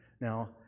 Now